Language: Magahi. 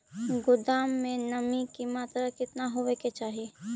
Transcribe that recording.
गोदाम मे नमी की मात्रा कितना होबे के चाही?